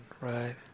right